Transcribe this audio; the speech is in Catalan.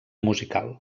musical